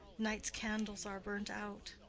night's candles are burnt out,